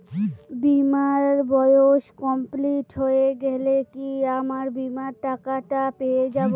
বীমার বয়স কমপ্লিট হয়ে গেলে কি আমার বীমার টাকা টা পেয়ে যাবো?